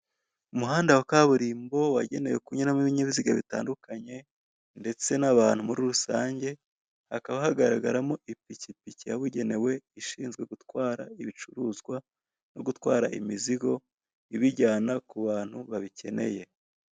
Umuhanda wa kaburimbo wagenewe kunyuramo ibinyabiziga bitandukanye ndetse n'abantu muri rusange, hakaba hagaragaramo ipikipiki yabugenewe ishinzwe gutwara ibicuruzwa no gutwara imizigo ibijyana ku bantu babikeneye.